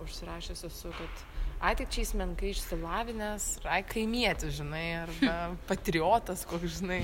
užsirašius esu kad ai tai čia jis menkai išsilavinęs kaimietis žinai arba patriotas koks žinai